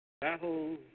battle